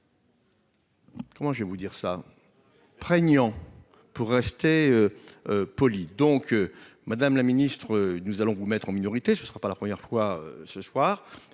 Comment je vais vous dire ça prégnant pour acheter polie donc madame la ministre, nous allons vous mettre en minorité je ne sera pas la première fois, ce soir,